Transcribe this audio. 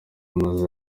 amaze